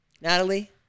Natalie